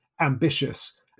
ambitious